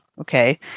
Okay